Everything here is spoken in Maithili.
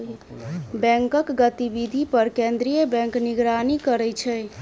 बैंकक गतिविधि पर केंद्रीय बैंक निगरानी करै छै